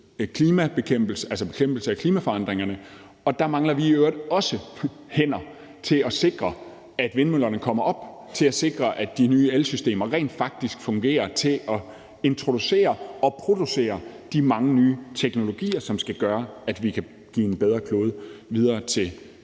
miljøbeskyttelse og bekæmpelse af klimaforandringerne, der mangler vi i øvrigt også hænder til at sikre, at vindmøllerne kommer op, til at sikre, at de nye elsystemer rent faktisk fungerer til at introducere og producere de mange nye teknologier, som skal gøre, at vi kan give en bedre klode videre til